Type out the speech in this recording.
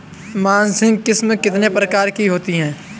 मासिक किश्त कितने प्रकार की होती है?